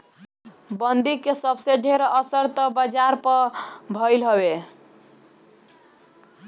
बंदी कअ सबसे ढेर असर तअ बाजार पअ भईल हवे